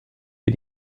wir